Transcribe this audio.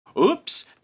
oops